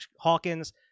hawkins